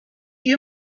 you